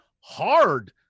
hard